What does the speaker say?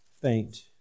faint